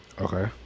Okay